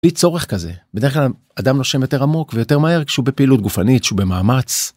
צורך כזה בדרך כלל אדם נושם יותר עמוק ויותר מהר כשהוא בפעילות גופנית כשהוא במאמץ.